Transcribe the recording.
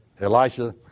Elisha